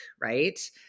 Right